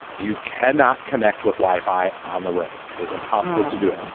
you cannot connect with wi-fi on the road. it is impossible to do it.